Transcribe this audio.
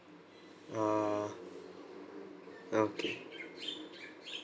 uh okay